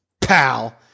pal